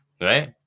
Right